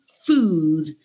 food